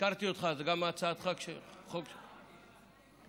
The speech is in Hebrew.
הזכרתי אותך, זאת גם הצעת חוק שלך,